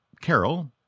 Carol